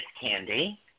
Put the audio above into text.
Candy